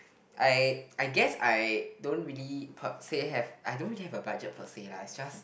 I I guess I don't really per say have I don't really have a budget per say lah it's just